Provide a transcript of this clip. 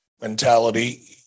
mentality